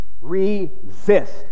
Resist